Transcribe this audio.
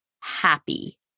happy